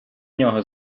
нього